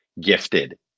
gifted